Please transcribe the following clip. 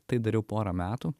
tai dariau porą metų